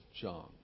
John